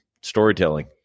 storytelling